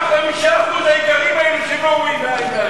מה ה-5% שהם לא רואים עין בעין?